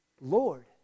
Lord